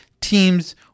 teams